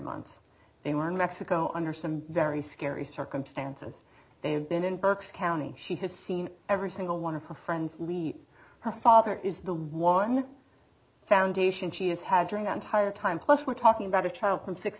months they were in mexico under some very scary circumstances they've been in berks county she has seen every single one of her friends leave her father is the one foundation she has had during that entire time plus we're talking about a child from six